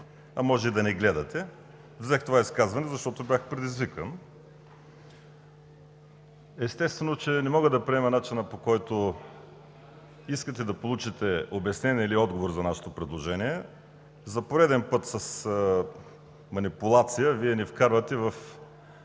а може и да не гледате. Взех това изказване, защото бях предизвикан. Естествено, че не мога да приема начина, по който искате да получите обяснение или отговор за нашето предложение. За пореден път с манипулация Вие ни вкарвате в